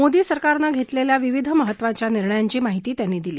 मोदी सरकारनं घेतलेल्या विविध महत्वाच्या निर्णयाची माहिती त्यांनी दिली